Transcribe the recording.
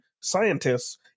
scientists